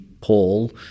Paul